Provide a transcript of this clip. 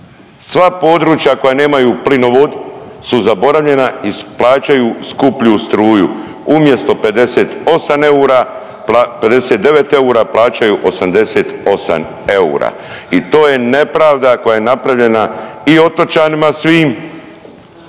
sva područja koja nemaju plinovod su zaboravljena i plaćaju skuplju struju, umjesto 58 eura pla…, 59 eura, plaćaju 88 eura i to je nepravda koja je napravljena i otočanima svim